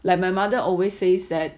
like my mother always says that